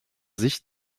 sicht